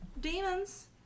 demons